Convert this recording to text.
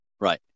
Right